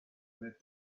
met